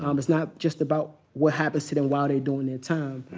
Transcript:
um, it's not just about what happens to them while they're doing their time.